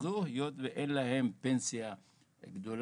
זאת היות ואין להם פנסיה גדולה,